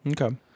Okay